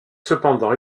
cependant